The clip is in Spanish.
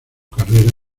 carrera